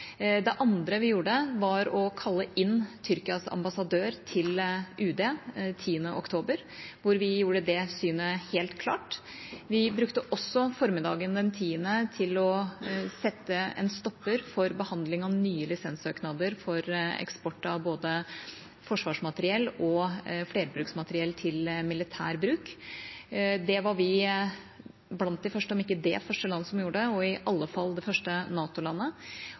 Det andre vi gjorde, var å kalle inn Tyrkias ambassadør til UD 10. oktober, hvor vi gjorde det synet helt klart. Vi brukte også formiddagen den 10. oktober til å sette en stopper for behandling av nye lisenssøknader for eksport av både forsvarsmateriell og flerbruksmateriell til militær bruk. Det var vi blant de første landene – om ikke det første – som gjorde, i alle fall det første